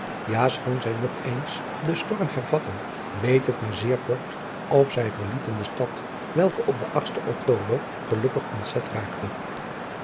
ja schoon zij nog eens dens storm hervatten leed het maar zeer kort of zij verlieten de stad welke op den sten ctober gelukkig ontzet raakte